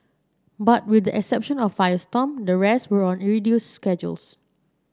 but with the exception of Firestorm the rest were on reduced schedules